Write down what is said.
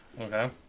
Okay